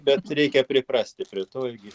bet reikia priprasti prie to irgi